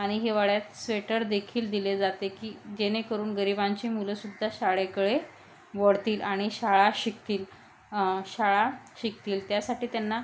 आणि हिवाळ्यात स्वेटर देखील दिले जाते की जेणेकरून गरिबांची मुलंसुद्धा शाळेकडे वळतील आणि शाळा शिकतील शाळा शिकतील त्यासाठी त्यांना